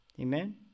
Amen